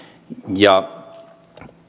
ja